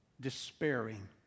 despairing